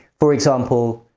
for example,